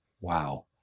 Wow